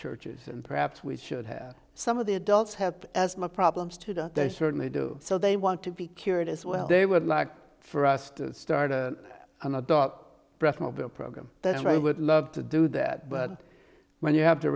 churches and perhaps we should have some of the adults have asthma problems today they certainly do so they want to be cured as well they would like for us to start and i bought a program that's what i would love to do that but when you have to